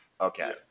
okay